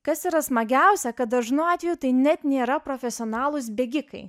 kas yra smagiausia kad dažnu atveju tai net nėra profesionalūs bėgikai